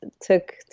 took